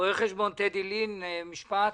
רו"ח טדי לין, בבקשה.